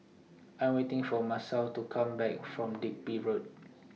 I Am waiting For Masao to Come Back from Digby Road